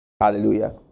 Hallelujah